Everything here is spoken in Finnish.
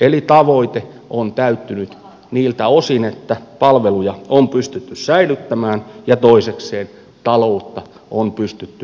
eli tavoite on täyttynyt niiltä osin että palveluja on pystytty säilyttämään ja toisekseen taloutta on pystytty saamaan kuriin